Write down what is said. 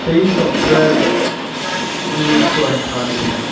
तेईस अप्रैल उन्नीस सौ अठानवे